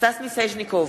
סטס מיסז'ניקוב,